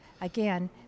again